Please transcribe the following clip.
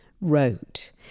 wrote